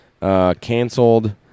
canceled